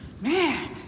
man